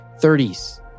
30s